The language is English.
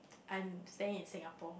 I'm staying in Singapore